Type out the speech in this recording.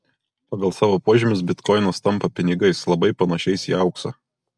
pagal savo požymius bitkoinas tampa pinigais labai panašiais į auksą